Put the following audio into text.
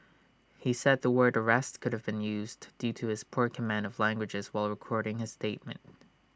he said the word arrest could have been used due to his poor command of languages while recording his statement